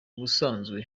ubusanzwe